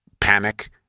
panic